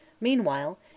Meanwhile